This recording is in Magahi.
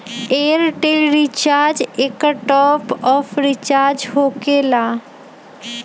ऐयरटेल रिचार्ज एकर टॉप ऑफ़ रिचार्ज होकेला?